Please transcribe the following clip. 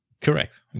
Correct